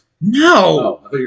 No